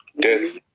death